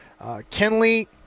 kenley